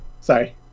Sorry